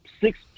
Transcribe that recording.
six